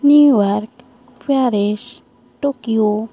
New York Paris Tokyo